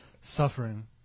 suffering